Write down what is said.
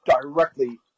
directly